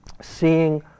seeing